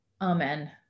Amen